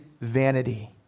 vanity